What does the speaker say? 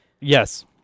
Yes